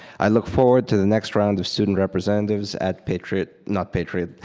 i look forward to the next round of student representatives at patriot, not patriot.